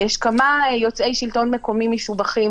יש כמה יוצאי שלטון מקומי משובחים